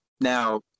Now